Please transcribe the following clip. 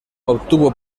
obtuvo